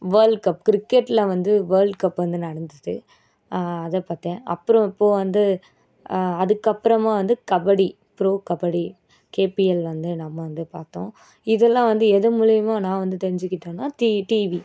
world cup கிரிக்கெட்டில் வந்து world cup வந்து நடந்தது அதை பார்த்தேன் அப்புறோம் இப்போது வந்து அதுக்கப்புறமா வந்து கபடி ப்ரோ கபடி கேபிஎல் வந்து நம்ம வந்து பார்த்தோம் இதெல்லாம் வந்து எது மூலிமா நான் வந்து தெரிஞ்சுக்கிட்டன்னா தி டிவி